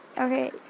Okay